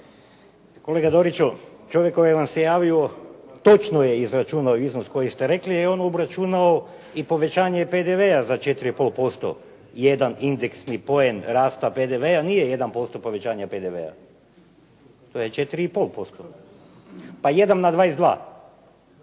Kolega Doriću, čovjek koji vam se javio točno je izračunao iznos koji ste rekli jer je on obračunao i povećanje PDV-a za 4,5%. Jedan indeksni poen rasta PDV-a nije 1% povećanje PDV-a, to je 4,5% pa jedan na 22.